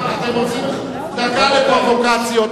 דקה לפרובוקציות,